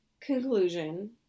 conclusion